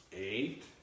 eight